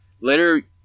Later